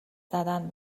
زدن